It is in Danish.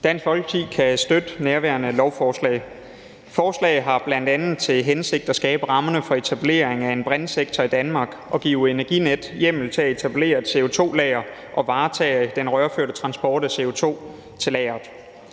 Dansk Folkeparti kan støtte nærværende lovforslag. Forslaget har bl.a. til hensigt at skabe rammerne for etableringen af en brintsektor i Danmark og at give Energinet hjemmel til at etablere et CO2-lager og varetage den rørførte transport af CO2 til lageret.